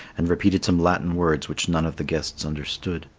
and repeated some latin words which none of the guests understood.